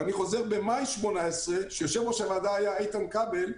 במאי 2018, כשיושב-ראש הוועדה היה איתן כבל,